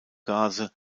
gase